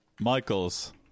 Michael's